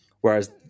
Whereas